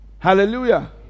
Hallelujah